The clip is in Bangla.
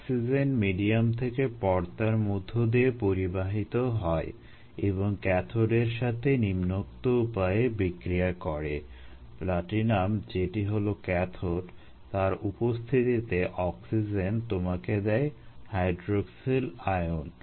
অক্সিজেন মিডিয়াম থেকে পর্দার মধ্য দিয়ে পরিবাহিত হয় এবং ক্যাথোডের সাথে নিম্নোক্ত উপায়ে বিক্রিয়া করে প্লাটিনাম যেটি হলো ক্যাথোড তার উপস্থিতিতে অক্সিজেন তোমাকে দেয় হাইড্রোক্সিল আয়ন